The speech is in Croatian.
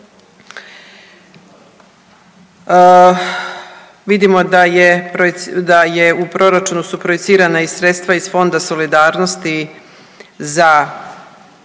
da je, da je u proračunu su projicirana i sredstva iz Fonda solidarnosti za,